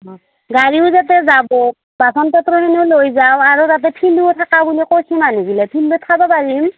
অঁ গাড়ীও তাতে যাব বাচন বৰ্তনখিনিও লৈ যাওঁ আৰু তাতে ফিল্ডো থকা বুলি কৈছে মানুহবিলাকে ফিল্ডত খাব পাৰিম